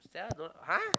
Stella don't !huh!